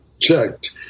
checked